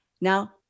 Now